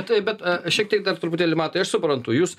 bet bet šiek tiek dar truputėlį matai aš suprantu jus